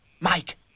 Mike